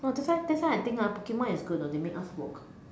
no that's why that's why I think ah Pokemon is good you know they make us walk